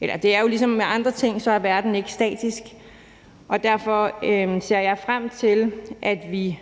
det er jo ligesom med andre ting, at verden så ikke er statisk, og derfor ser jeg også frem til, at vi